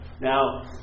Now